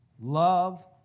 love